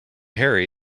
harry